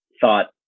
thought